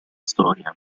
storia